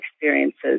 experiences